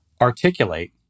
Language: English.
articulate